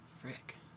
Frick